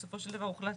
בסופו של דבר הוחלט